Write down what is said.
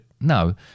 No